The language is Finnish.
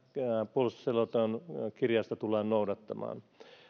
puolustusselonteon kirjausta tullaan noudattamaan